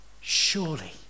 Surely